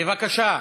בבקשה,